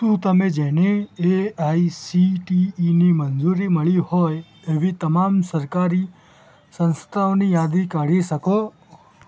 શું તમે જેને A I C T E ની મંજૂરી મળી હોય એવી તમામ સરકારી સંસ્થાઓની યાદી કાઢી શકો